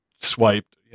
swiped